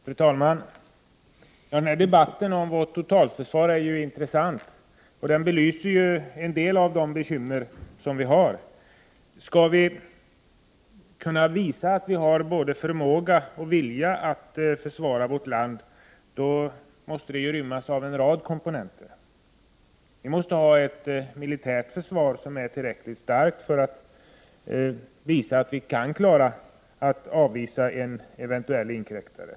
Fru talman! Debatten om vårt totalförsvar är intressant och belyser en del av de bekymmer som vi har. Skall vi kunna visa att vi har både förmåga och vilja att försvara vårt land, måste vi ha ett försvar som inrymmer en rad komponenter. Vi måste ha ett militärt försvar som är tillräckligt starkt för att visa att vi kan klara att avvisa en eventuell inkräktare.